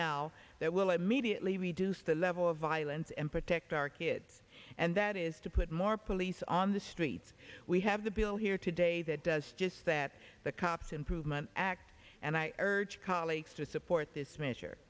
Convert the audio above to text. now that will immediately reduce the level of violence and protect our kids and that is to put more police on the streets we have the bill here today that does just that the cops improvement act and i urge colleagues to support this measure